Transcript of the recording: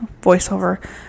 voiceover